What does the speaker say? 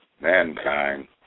mankind